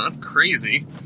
Crazy